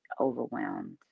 overwhelmed